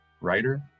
writer